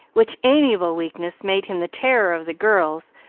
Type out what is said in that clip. which amiable weakness made him the terror of the girls,